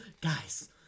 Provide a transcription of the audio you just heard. Guys